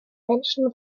menschen